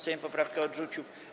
Sejm poprawkę odrzucił.